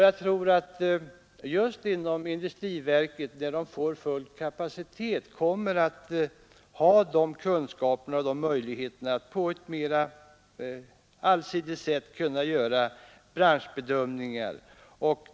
Jag tror att dessa grupper just inom industriverket, där de får full kapacitet, kommer att ha möjligheter att på ett mera allsidigt sätt göra branschbedömningar.